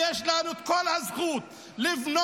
כי יש לנו כל הזכות לבנות,